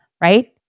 right